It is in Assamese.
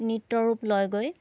নৃত্য ৰূপ লয় গৈ